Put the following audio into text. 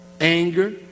anger